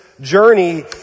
journey